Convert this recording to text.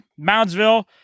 Moundsville